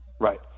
Right